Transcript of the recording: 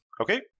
Okay